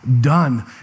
Done